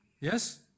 Yes